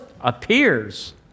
appears